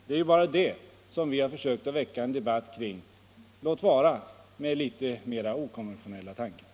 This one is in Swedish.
Det är bara det vi har försökt väcka en debatt kring, låt vara med litet mer okonventionella tankar.